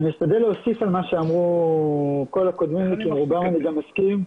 אני אשתדל להוסיף על מה שאמרו קודמיי שעם רובם אני מסכים.